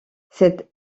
cette